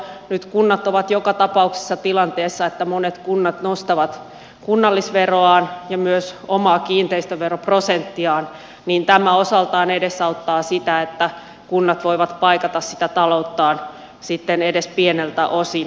nyt kun kunnat ovat joka tapauksessa tilanteessa että monet kunnat nostavat kunnallisveroaan ja myös omaa kiinteistöveroprosenttiaan niin tämä osaltaan edesauttaa sitä että kunnat voivat paikata sitä talouttaan sitten edes pieneltä osin